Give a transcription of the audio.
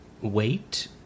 Wait